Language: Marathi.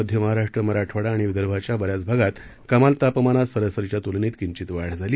मध्य महाराष्ट्र मराठवाडा आणि विदर्भाच्या बऱ्याच भागात कमाल तापमानात सरासरीच्या तुलनेत किंचित वाढ झाली